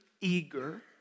eager